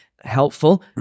helpful